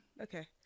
okay